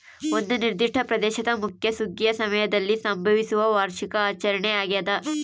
ಒಂದು ನಿರ್ದಿಷ್ಟ ಪ್ರದೇಶದ ಮುಖ್ಯ ಸುಗ್ಗಿಯ ಸಮಯದಲ್ಲಿ ಸಂಭವಿಸುವ ವಾರ್ಷಿಕ ಆಚರಣೆ ಆಗ್ಯಾದ